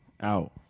Out